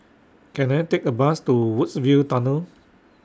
Can I Take A Bus to Woodsville Tunnel